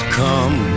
come